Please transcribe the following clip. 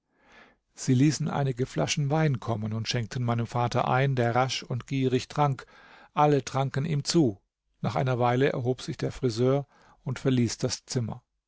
sie ließen einige flaschen wein kommen und schenkten meinem vater ein der rasch und gierig trank alle tranken ihm zu nach einer weile erhob sich der friseur und verließ das zimmer